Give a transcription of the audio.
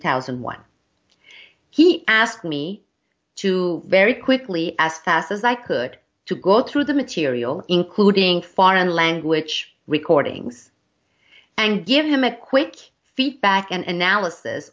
thousand and one he asked me to very quickly as fast as i could to go through the material including foreign language recordings and give him a quick feedback an